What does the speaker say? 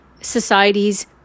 societies